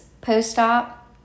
post-op